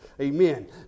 Amen